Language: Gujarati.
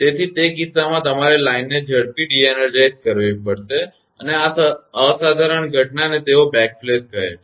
તેથી તે કિસ્સામાં તમારે લાઇનને ઝડપી ડિએનર્જાઇઝ કરવી પડશે અને આ અસાધારણ ઘટનાને તેઓ બેકફ્લેશ કહે છે